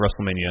WrestleMania